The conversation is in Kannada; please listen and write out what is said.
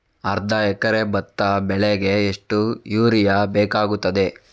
ಅರ್ಧ ಎಕರೆ ಭತ್ತ ಬೆಳೆಗೆ ಎಷ್ಟು ಯೂರಿಯಾ ಬೇಕಾಗುತ್ತದೆ?